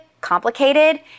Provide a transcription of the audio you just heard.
complicated